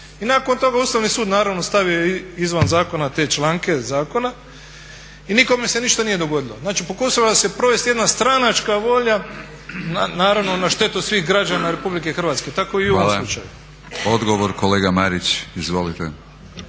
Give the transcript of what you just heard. I nakon toga Ustavni sud, naravno stavio je izvan zakona te članke zakona i nikome se ništa nije dogodilo. Znači pokušava se provesti jedna stranačka volja naravno na štetu svih građana Republike Hrvatske, tako i u ovom slučaju. **Batinić, Milorad (HNS)** Hvala. Odgovor, kolega Marić. Izvolite.